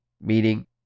meaning